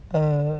uh